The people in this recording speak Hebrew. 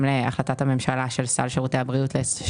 להחלטת הממשלה של סל שירותי הבריאות.